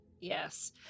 yes